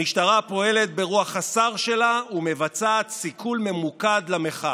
המשטרה פועלת ברוח השר שלה ומבצעת סיכול ממוקד למחאה.